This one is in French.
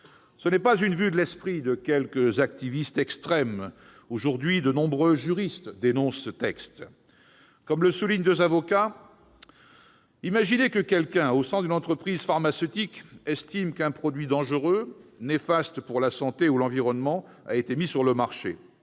ne s'agit pas d'une vue de l'esprit de quelques activistes extrêmes. Aujourd'hui, de nombreux juristes dénoncent également ce texte. Deux avocats spécialisés le font en ces termes :« Imaginez que quelqu'un, au sein d'une entreprise pharmaceutique, estime qu'un produit dangereux, néfaste pour la santé ou l'environnement, a été mis sur le marché.